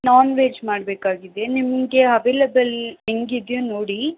ನಾನ್ veg ಮಾಡಬೇಕಾಗಿದೆ ನಿಮಗೆ available ಹೆಂಗಿದ್ಯೊ ನೋಡಿ